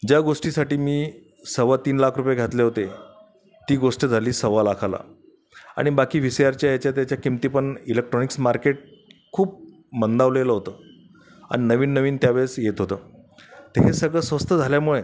ज्या गोष्टीसाठी मी सव्वा तीन लाख रुपये घातले होते ती गोष्ट झाली सव्वा लाखाला आणि बाकी व्ही सी आरच्या ह्याच्या त्याच्या किमती पण इलेक्ट्रॉनिक्स मार्केट खूप मंदावलेलं होतं आणि नवीननवीन त्या वेळेस येत होतं तर हे सगळं स्वस्त झाल्यामुळे